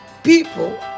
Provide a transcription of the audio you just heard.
People